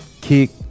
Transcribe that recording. kick